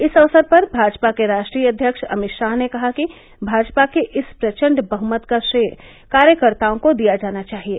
इस अवसर पर भाजपा के राष्ट्रीय अध्यक्ष अमित शाह ने कहा कि भाजपा के इस प्रचंड बहुमत का श्रेय कार्यकर्ताओं को दिया जाना चाहिये